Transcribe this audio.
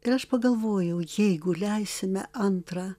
ir aš pagalvojau jeigu leisime antrą